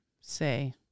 say